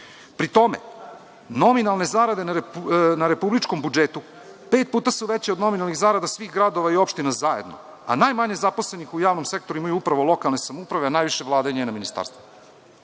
tome, nominalne zarade na republičkom budžetu pet puta su veće od nominalnih zarada svih gradova i opština zajedno, a najmanje zaposlenih u javnom sektoru imaju upravo lokalne samouprave, a najviše Vlada i njena ministarstva.